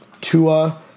Tua